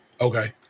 okay